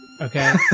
Okay